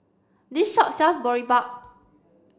this shop sells Boribap